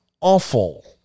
awful